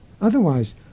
Otherwise